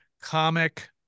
comic